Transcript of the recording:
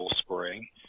spray